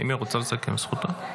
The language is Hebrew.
אם היא רוצה לסכם, זכותה.